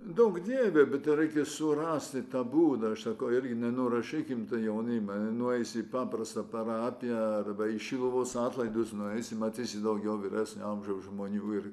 duok dieve bet reikia surasti tą būdą aš sakau irgi nenurašykim to jaunimo nueis į paprastą parapiją arba į šiluvos atlaidus nueisi matysi daugiau vyresnio amžiaus žmonių ir